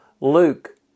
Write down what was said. Luke